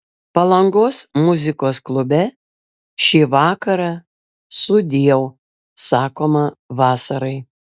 palangos muzikos klube šį vakarą sudieu sakoma vasarai